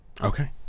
Okay